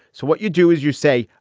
so what you do is you say,